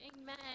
Amen